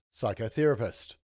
psychotherapist